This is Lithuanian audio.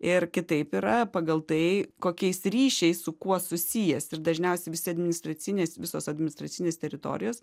ir kitaip yra pagal tai kokiais ryšiais su kuo susijęs ir dažniausiai visi administracinės visos administracinės teritorijos